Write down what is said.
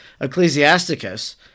Ecclesiasticus